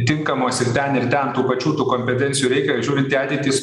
tinkamos ir ten ir ten tų pačių tų kompetencijų reikia žiūrint į ateitį su